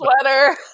sweater